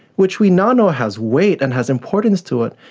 which we now know has weight and has importance to it,